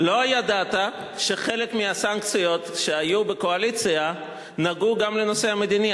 ידעת שחלק מהסנקציות שהיו בקואליציה נגעו גם לנושא המדיני.